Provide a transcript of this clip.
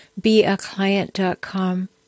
beaclient.com